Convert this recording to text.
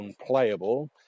unplayable